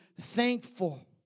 thankful